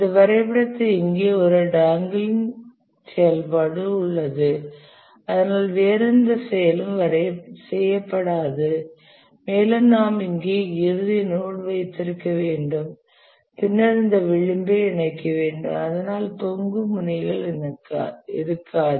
இந்த வரைபடத்தில் இங்கே ஒரு டாங்கிளிங் செயல்பாடு உள்ளது ஆதனால் வேறு எந்த செயலும் செய்யப்படாது மேலும் நாம் இங்கே இறுதி நோட் வைத்திருக்க வேண்டும் பின்னர் இந்த விளிம்பை இணைக்க வேண்டும் அதனால் தொங்கும் முனைகள் இருக்காது